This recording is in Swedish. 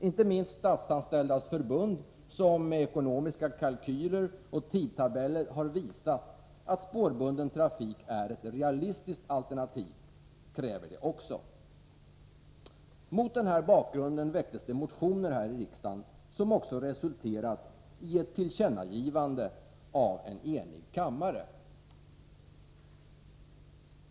Inte minst Statsanställdas förbund, som med ekonomiska kalkyler och tidtabeller har visat att spårbunden trafik är ett realistiskt alternativ, kräver det också. Mot denna bakgrund väcktes det motioner här i riksdagen, som resulterade i ett tillkännagivande av en enig kammare.